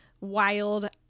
wild